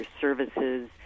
services